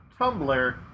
tumblr